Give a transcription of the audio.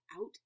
out